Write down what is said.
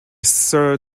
sir